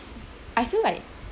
I feel like